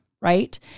right